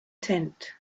tent